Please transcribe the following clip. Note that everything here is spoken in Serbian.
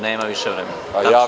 Nema više vremena.